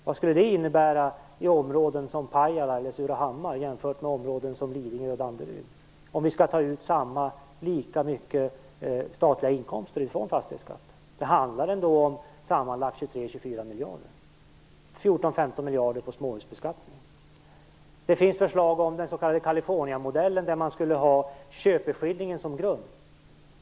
Vad skulle det innebära i områden som Pajala och Surahammar jämfört med områden som Lidingö och Danderyd om vi skulle ta ut lika mycket statliga inkomster från fastighetsskatten? Det handlar ändå om sammanlagt 23-24 miljarder kronor, varav 14-15 miljarder från småhusbeskattningen. Det finns förslag om den s.k. Californiamodellen som innebär att köpeskillingen ligger till grund för skatten.